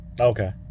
okay